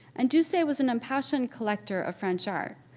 and doucet was an impassioned collector of french art,